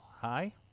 Hi